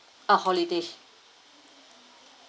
ah holiday